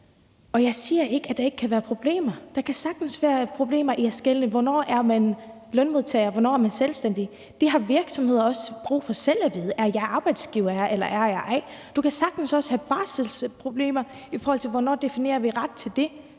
Jeg siger ikke, at der ikke kan være problemer. Der kan sagtens være problemer i forhold til at skelne mellem, hvornår man er lønmodtager, og hvornår man er selvstændig. Det har virksomheder også brug for selv at vide. Er jeg arbejdsgiver, eller er jeg ikke? Du kan sagtens også have barselsproblemer, i forhold til hvornår vi definerer at retten er